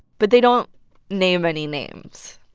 but they don't name any names.